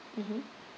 mmhmm